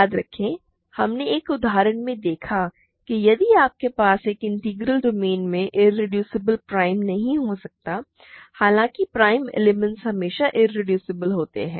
याद रखें कि हमने एक उदाहरण में देखा कि यदि आपके पास एक इंटीग्रल डोमेन है इरेड्यूसिबल प्राइम नहीं हो सकता है हालांकि प्राइम एलिमेंट्स हमेशा इरेड्यूसिबल होते हैं